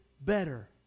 better